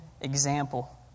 example